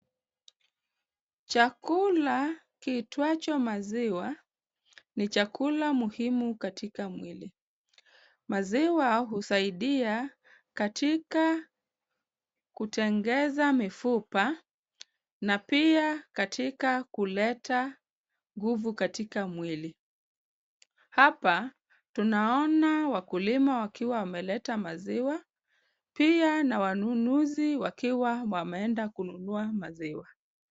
Chakula kiitwacho maziwa ni chakula muhimu katika mwili. Maziwa husaidia katika kutengeneza mifupa na pia Katika kuleta nguvu katika mwili. Hapa tunaona wakulima wakiwa wameleta maziwa pia na wanunuzi wakiwa wameenda kununua maziwa.